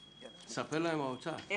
ספר להם, נציג האוצר.